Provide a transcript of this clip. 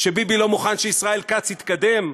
שביבי לא מוכן שישראל כץ יתקדם?